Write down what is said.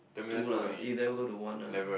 two lah you never go to one lah